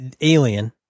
Alien